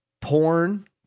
porn